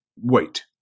Wait